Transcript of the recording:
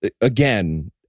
again